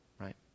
right